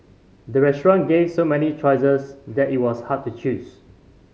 the restaurant gave so many choices that it was hard to choose